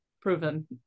proven